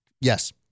Yes